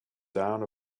down